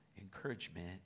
encouragement